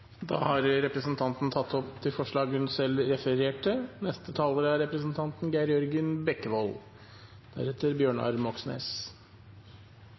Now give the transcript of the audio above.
Da har representanten Kjersti Toppe tatt opp de forslag hun selv refererte